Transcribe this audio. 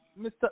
Mr